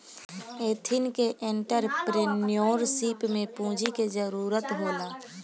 ethnic entrepreneurship में पूंजी के जरूरत होला